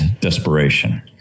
desperation